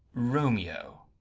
romeo.